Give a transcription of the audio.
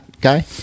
guy